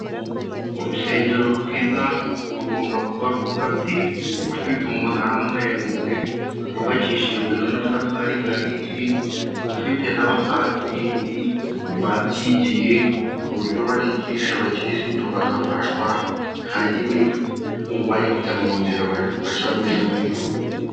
Urusengero rwiza rugomba kuba rwubatse, rufite umunara muremure wubakishijwe n'amatafari ahiye, rufite n'abapasiteri babyigiye, ku buryo barigisha abakirisitu bagafashwa, ntihagire ubayobya mu nzira bajyamo ijya mu ijuru.